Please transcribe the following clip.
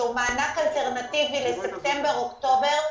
שהוא מענק אלטרנטיבי לספטמבר-אוקטובר,